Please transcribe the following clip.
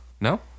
No